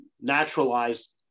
naturalized